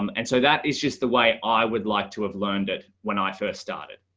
um and so that is just the way i would like to have learned it when i first started.